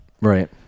Right